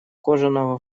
кожаного